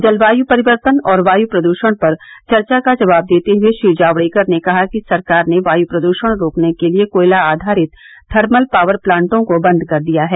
जलवायु परिवर्तन और वायु प्रदूषण पर चर्चा का जवाब देते हुए श्री जावड़ेकर ने कहा कि सरकार ने वायु प्रदूषण रोकने के लिए कोयला आधारित थर्मल पावर प्लांटों को बंद कर दिया है